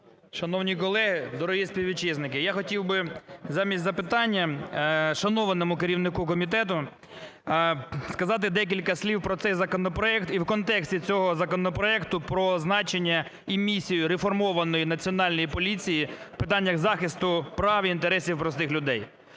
Шановні колеги, дорогі співвітчизники! Я хотів би замість запитання шанованому керівнику комітету сказати декілька слів про цей законопроект, і в контексті цього законопроекту про значення і місію реформованої Національної поліції в питаннях захисту прав і інтересів простих людей.